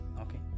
okay